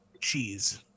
cheese